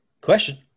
question